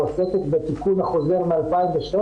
או עוסקת בתיקון החוזר מ-2013.